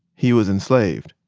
he was enslaved,